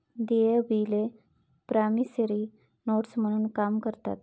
देय बिले promissory notes म्हणून काम करतात